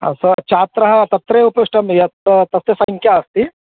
सः छात्रः तत्रैव पृष्टं यत् तस्य सङ्ख्या अस्ति